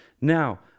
Now